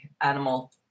animal